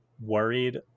worried